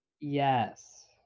Yes